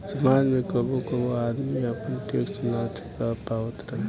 समाज में कबो कबो आदमी आपन टैक्स ना चूका पावत रहे